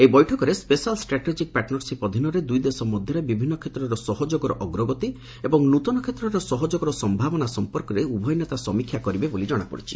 ଏହି ବୈଠକରେ special strategic partnership ଅଧୀନରେ ଦୁଇ ଦେଶ ମଧ୍ୟରେ ବିଭିନ୍ନ କ୍ଷେତ୍ରରେ ସହଯୋଗର ଅଗ୍ରଗତି ଏବଂ ନୂତନ କ୍ଷେତ୍ରରେ ସହଯୋଗର ସମ୍ଭାବନା ସମ୍ପର୍କରେ ଉଭୟ ନେତା ସମୀକ୍ଷା କରିବେ ବୋଲି ଜଣାଯାଇଛି